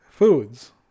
foods